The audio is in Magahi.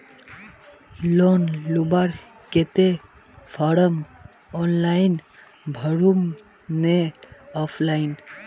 लोन लुबार केते फारम ऑनलाइन भरुम ने ऑफलाइन?